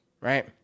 right